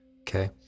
okay